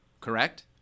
correct